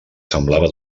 semblava